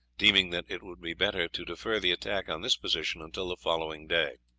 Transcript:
deeming that it would be better to defer the attack on this position until the following day.